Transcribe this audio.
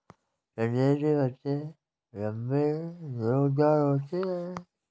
कनेर के पत्ते लम्बे, नोकदार होते हैं